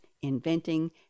inventing